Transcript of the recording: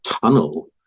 tunnel